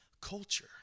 culture